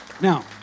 Now